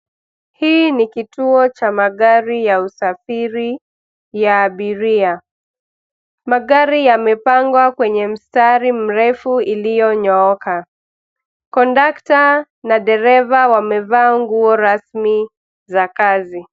Hii nikituo cha magari ya usafiri ya abiria. Magari yamepangwa kwenye mstari mrefu iliyonyooka. Kondakta na dereva wamevaa nguo rasmi za kazi.